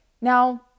Now